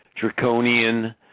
draconian